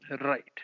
Right